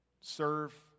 serve